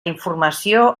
informació